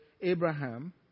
Abraham